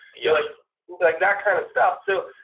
yeah like like that kind of stuff. so,